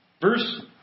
Verse